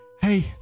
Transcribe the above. Hey